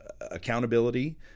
accountability